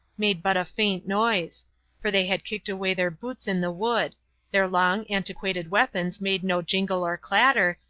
made but a faint noise for they had kicked away their boots in the wood their long, antiquated weapons made no jingle or clatter,